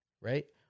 Right